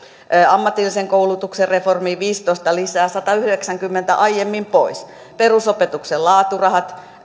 ammatillisen koulutuksen reformiin viisitoista miljoonaa lisää satayhdeksänkymmentä miljoonaa aiemmin pois perusopetuksen laaturahat